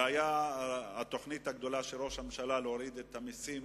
והיתה התוכנית הגדולה של ראש הממשלה להוריד את המסים